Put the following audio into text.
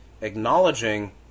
acknowledging